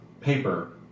paper